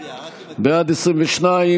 סיעת יש עתיד-תל"ם לסעיף 1 לא נתקבלה.